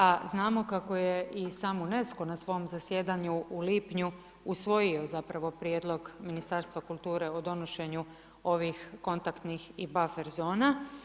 A znamo kako je i sam UNESCO na svom zasjedanju u lipnju usvojio zapravo prijedlog Ministarstva kulture o donošenju ovih kontaktnih i buffer zona.